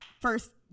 first